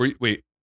Wait